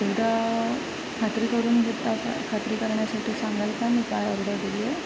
एकदा खात्री करून देतात खात्री करण्यासाठी सांगाल का मी काय ऑर्डर दिली आहे